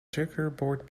checkerboard